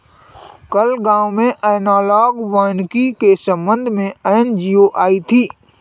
कल गांव में एनालॉग वानिकी के संबंध में एन.जी.ओ आई थी